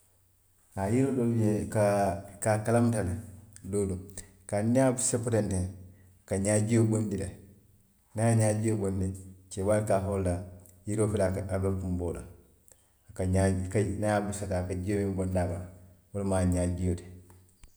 Haa yiroo doolu bi i ka, i ka a kalamuta le doolu, kaatu niŋ i ye a seppu teŋ tiŋ, a ka ñaajio bondi le, niŋ a ye ñaajio bondi, keebaalu ka a fo wo le ye yiroo fele a be kunboo la a ka ñaajii i ka niŋ i ye a busa teŋ a ka jio muŋ bondi a bala, wo lemu a ñaajio ti